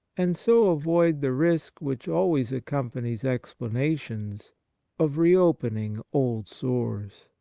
and so avoid the risk which always accompanies explana tions of reopening old sores.